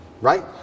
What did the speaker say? right